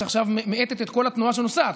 שעכשיו מאיטה את כל התנועה שנוסעת.